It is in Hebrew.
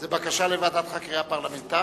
זו בקשה לוועדת חקירה פרלמנטרית?